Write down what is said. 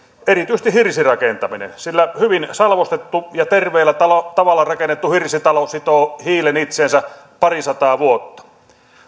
erityisesti hirsirakentaminen sillä hyvin salvostettu ja terveellä tavalla tavalla rakennettu hirsitalo sitoo hiilen itseensä parisataa vuotta